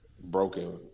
broken